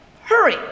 hurry